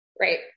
Right